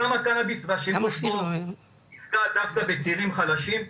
סם הקנאביס והשימוש בו פוגע דווקא בצעירים חלשים,